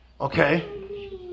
okay